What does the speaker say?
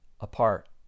apart